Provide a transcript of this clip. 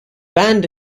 band